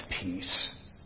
peace